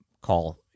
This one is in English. call